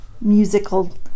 Musical